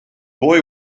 boy